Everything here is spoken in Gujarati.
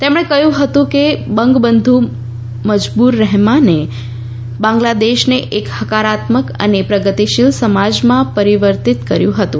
તેમણે કહયું હતું કે બંગબંધુ મજબુર રહેમાને બાંગ્લાદેશને એક હકારાત્મક અને પ્રગતિશીલ સમાજમાં પરીવર્તીત કર્યુ હતું